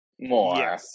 more